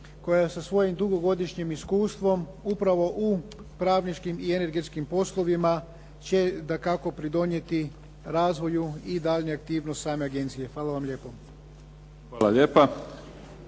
koja sa svojim dugogodišnjim iskustvom upravo u pravničkim i energetskim poslovima će dakako doprinijeti razvoju i daljnjoj aktivnosti same agencije. Hvala vam lijepo. **Mimica,